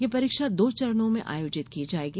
यह परीक्षा दो चरणो में आयोजित की जायेगी